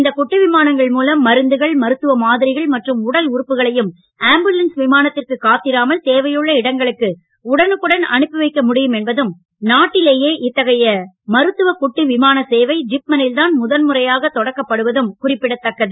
இந்த குட்டி விமானங்கள் மூலம் மருந்துகள் மருத்துவ மாதிரிகள் மற்றும் உடல் உறுப்புகளையும் ஆம்புலன்ஸ் விமானத்திற்கு காத்திராமல் தேவையுள்ள இடங்களுக்கு உடனுக்குடன் அனுப்பி வைக்க முடியும் என்பதும் நாட்டிலேயே இத்தகைய மருத்துவ குட்டி விமான சேவை ஜிப்மரில் தான் முதன் முறையாக தொடக்கப்படுவதும் குறிப்பிடத் தக்கது